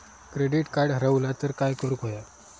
Credit card हरवला तर काय करुक होया?